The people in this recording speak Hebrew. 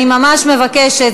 אני ממש מבקשת,